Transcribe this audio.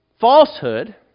falsehood